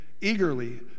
Eagerly